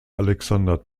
alexander